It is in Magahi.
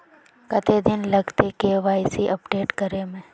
कते दिन लगते के.वाई.सी अपडेट करे में?